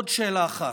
ועוד שאלה אחת: